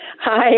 Hi